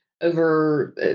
over